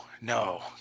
no